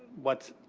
what,